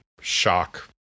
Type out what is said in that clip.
shock